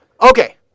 Okay